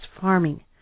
farming